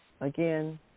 again